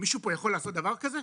מישהו פה יכול לעשות דבר כזה?